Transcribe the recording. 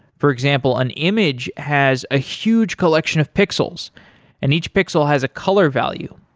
for example, an image has a huge collection of pixels and each pixel has a color value.